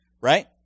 Right